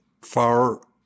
far